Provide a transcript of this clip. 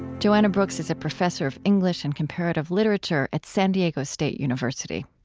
joanna brooks is a professor of english and comparative literature at san diego state university.